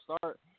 start